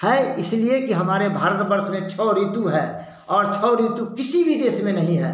है इसलिए कि हमारे भारतवर्ष में छः ऋतु है और छः ऋतु किसी भी देश में नहीं है